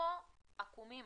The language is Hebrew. -- עמלים